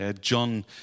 John